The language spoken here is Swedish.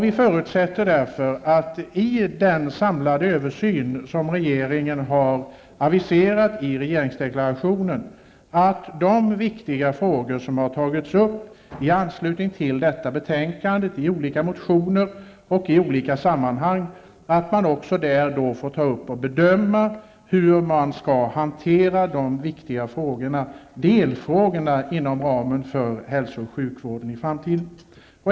Vi förutsätter därför att de viktiga frågor som har tagits upp i anslutning till detta betänkande, i olika motioner och i olika sammanhang -- delfrågor inom ramen för den framtida hälso och sjukvården -- tas upp till bedömning i den samlade översyn som regeringen har aviserat i regeringsdeklarationen.